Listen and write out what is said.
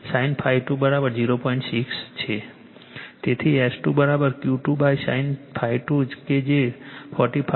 તેથી S2 Q2 sin2 કે જે 45 0